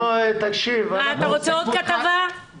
אוסאמה, אתה רוצה עוד כתבה?